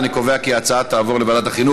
אני קובע כי ההצעה תעבור לוועדת החינוך.